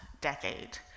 decade